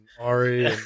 Ari